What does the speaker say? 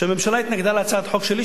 שהממשלה התנגדה להצעת חוק שלי,